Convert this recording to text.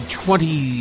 twenty